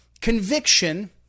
conviction